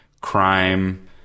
crime